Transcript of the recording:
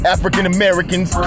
African-Americans